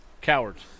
Cowards